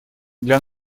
для